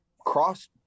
cross